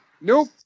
Nope